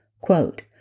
Quote